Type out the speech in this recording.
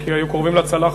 כי היו קרובים לצלחת.